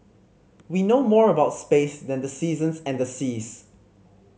we know more about space than the seasons and the seas